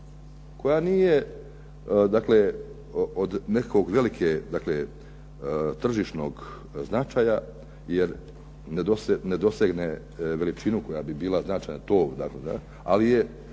koja nije od neke velike tržišnog značaja jer ne dosegne veličinu koja bi bila značajna, ali je